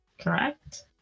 correct